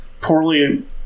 poorly